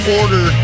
order